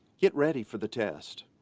get ready for the test.